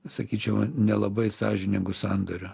sakyčiau nelabai sąžiningų sandorių